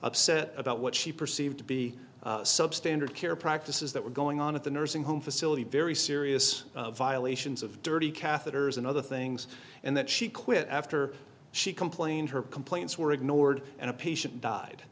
upset about what she perceived to be substandard care practices that were going on at the nursing home facility very serious violations of dirty catheters and other things and that she quit after she complained her complaints were ignored and a patient died